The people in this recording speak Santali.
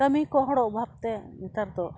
ᱠᱟᱹᱢᱤ ᱠᱚ ᱦᱚᱲ ᱚᱵᱷᱟᱵ ᱛᱮ ᱱᱮᱛᱟᱨ ᱫᱚ